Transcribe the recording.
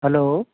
hello